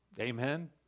Amen